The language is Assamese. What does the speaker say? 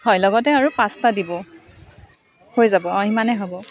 হয় লগতে আৰু পাষ্টা দিব হৈ যাব ইমানেই হ'ব